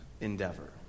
endeavor